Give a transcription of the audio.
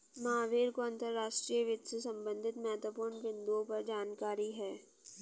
महावीर को अंतर्राष्ट्रीय वित्त से संबंधित महत्वपूर्ण बिन्दुओं पर जानकारी है